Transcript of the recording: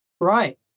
right